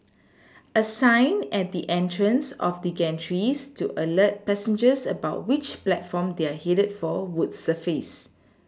a sign at the entrance of the gantries to alert passengers about which platform they are headed for would suffice